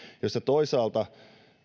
joissa toisaalta